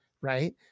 right